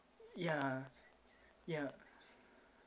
yeah yeah